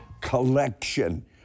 collection